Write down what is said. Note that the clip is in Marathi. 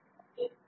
B C